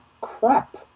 Crap